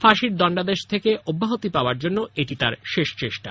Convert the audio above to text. ফাঁসির দণ্ডাদেশ থেকে অব্যাহতি পাবার জন্য এটি তার শেষ চেষ্টা